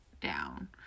down